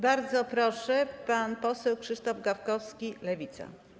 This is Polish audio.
Bardzo proszę, pan poseł Krzysztof Gawkowski, Lewica.